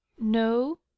No